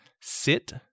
sit